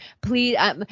Please